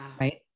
right